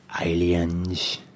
Aliens